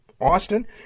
Austin